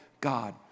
God